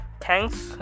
Thanks